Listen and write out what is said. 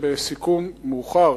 שבסיכום מאוחר,